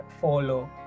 follow